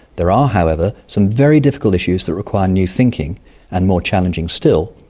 there are, however, some very difficult issues that require new thinking and, more challenging still,